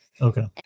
Okay